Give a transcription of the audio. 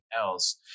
else